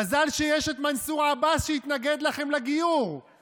מזל שיש את מנסור עבאס שהתנגד לכם לגיור,